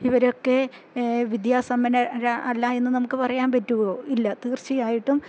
ഇവരെയൊക്കെ വിദ്യാസമ്പന്നർ അല്ല എന്ന് നമുക്ക് പറയാൻ പറ്റുവോ ഇല്ല തീർച്ചയായിട്ടും